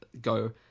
go